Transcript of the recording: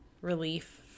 relief